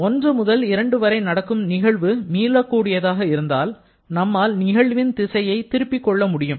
1 முதல் 2 வரை நடக்கும் நிகழ்வு மீளக்கூடியதாக இருந்தால் நம்மால் நிகழ்வின் திசையை திருப்பிக் கொள்ள முடியும்